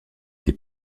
des